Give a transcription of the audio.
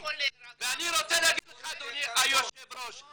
ואני רוצה להגיד לך אדוני היושב ראש,